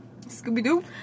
Scooby-Doo